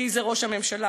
כי זה ראש הממשלה.